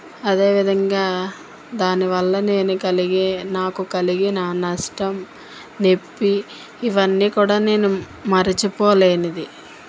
అదే విధంగా దాని వల్ల నేను కలిగే నాకు కలిగిన నష్టం నొప్పి ఇవన్నీ కూడా నేను మరచిపోలేనిది